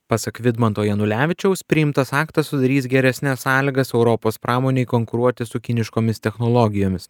pasak vidmanto janulevičiaus priimtas aktas sudarys geresnes sąlygas europos pramonei konkuruoti su kiniškomis technologijomis